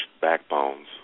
backbones